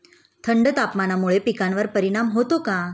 थंड तापमानामुळे पिकांवर परिणाम होतो का?